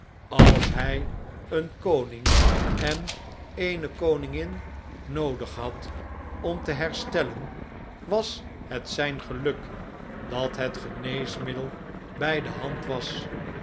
als hy een koning en eene koningin noodig had om te herstellen was het zp geluk dat het geneesmiddel bij de hand was